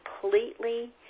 completely